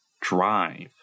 drive